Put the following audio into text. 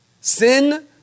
Sin